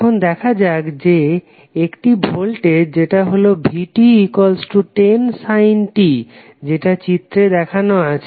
এখন দেখা যাক যে একটি ভোল্টেজ যেটা হলো vt10t যেটা চিত্রে দেখানো আছে